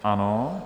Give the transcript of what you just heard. Ano.